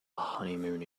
honeymoon